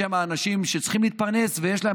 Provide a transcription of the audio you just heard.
בשם האנשים שצריכים להתפרנס ויש להם